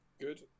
Good